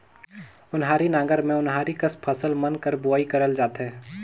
ओन्हारी नांगर मे ओन्हारी कस फसिल मन कर बुनई करल जाथे